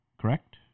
correct